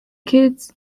kids